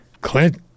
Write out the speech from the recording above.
Clint